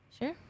Sure